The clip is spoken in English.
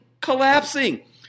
collapsing